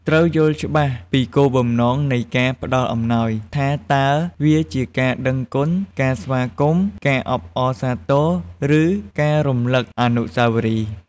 ត្រូវយល់ច្បាស់ពីគោលបំណងនៃការផ្តល់អំណោយ ថាតើវាជាការដឹងគុណ ការស្វាគមន៍ ការអបអរសាទរ ឬការរំលឹកអនុស្សាវរីយ៍។